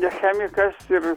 ne chemikas ir